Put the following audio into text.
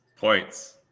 Points